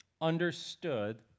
understood